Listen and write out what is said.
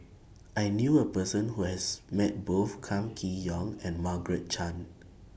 I knew A Person Who has Met Both Kam Kee Yong and Margaret Chan